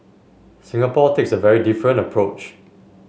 Singapore takes a very different approach